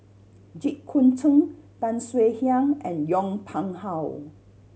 Jit Koon Ch'ng Tan Swie Hian and Yong Pung How